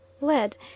lead